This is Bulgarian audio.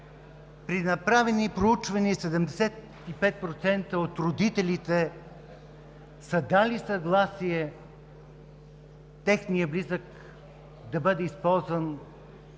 При направени проучвания 75% от родителите са дали съгласие техният близък да бъде използван